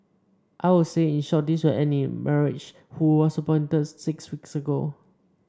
I would say in short this will end in marriage who was appointed six weeks ago